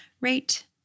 rate